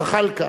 זחאלקה,